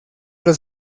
los